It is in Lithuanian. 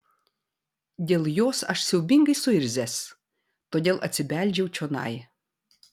dėl jos aš siaubingai suirzęs todėl atsibeldžiau čionai